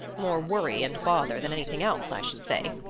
more worry and bother than anything else, i should say.